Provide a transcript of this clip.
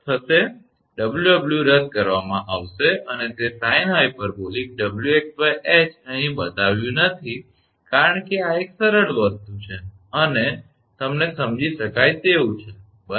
𝑊 𝑊 રદ કરવામાં આવશે અને તે sinh𝑊𝑥𝐻 અહીં બતાવ્યું નથી કારણ કે આ એક સરળ વસ્તુ છે અને તમને સમજી શકાય તેવું છે બરાબર